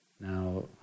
now